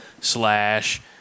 slash